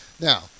Now